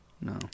No